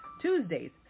Tuesdays